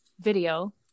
video